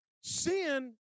Sin